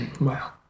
Wow